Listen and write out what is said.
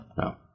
no